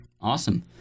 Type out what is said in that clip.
Awesome